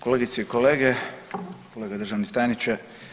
Kolegice i kolege, kolega državni tajniče.